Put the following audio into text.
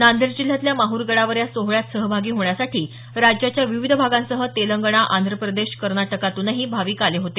नांदेड जिल्ह्यातल्या माहूर गडावर या सोहळ्यात सहभागी होण्यासाठी राज्याच्या विविध भागांसह तेलगणा आंध्र प्रदेश कर्नाटकातूनही भाविक आले होते